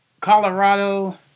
Colorado